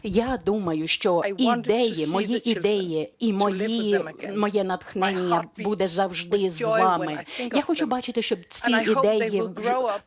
Я думаю, що ідеї, мої ідеї і моє натхнення буде завжди з вами. Я хочу бачити, щоб ці ідеї